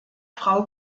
frau